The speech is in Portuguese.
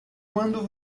quando